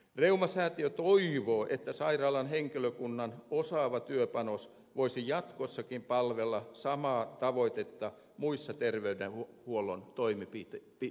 reumasäätiö toivoo että sairaalan henkilökunnan osaava työpanos voisi jatkossakin palvella samaa tavoitetta muissa terveydenhuollon toimipisteissä